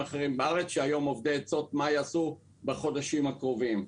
שהיום הם אובדי עצות מה יעשו בחודשים הקרובים.